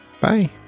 Bye